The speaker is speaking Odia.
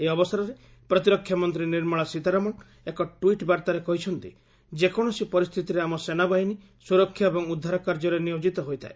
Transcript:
ଏହି ଅବସରରେ ପ୍ରତିରକ୍ଷା ମନ୍ତ୍ରୀ ନିର୍ମଳା ସୀତାରମଣ ଏକ ଟ୍ୱିଟ୍ ବାର୍ଭାରେ କହିଛନ୍ତି ଯେକୌଣସି ପରିସ୍ଥିତିରେ ଆମ ସେନାବାହିନୀ ସୁରକ୍ଷା ଏବଂ ଉଦ୍ଧାର କାର୍ଯ୍ୟରେ ନିୟୋଜିତ ହୋଇଥାଏ